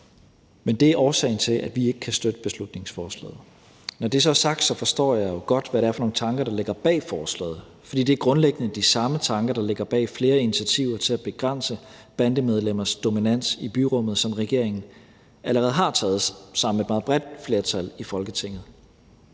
Men det er årsagen til, at vi ikke kan støtte beslutningsforslaget. Når det så er sagt, forstår jeg jo godt, hvad det er for nogle tanker, der ligger bag forslaget, for det er grundlæggende de samme tanker, der ligger bag flere initiativer til at begrænse bandemedlemmers dominans i byrummet, som regeringen allerede har taget sammen med et meget bredt flertal i Folketinget.